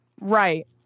Right